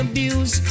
Abuse